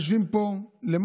יושבים פה למטה